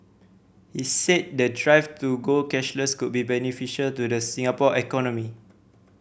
he said the drive to go cashless could be beneficial to the Singapore economy